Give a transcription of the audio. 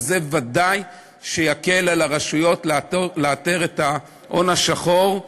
וזה ודאי יקל על הרשויות לאתר את ההון השחור,